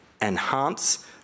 enhance